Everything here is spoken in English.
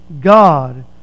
God